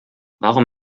warum